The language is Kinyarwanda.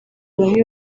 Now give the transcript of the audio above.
bamwe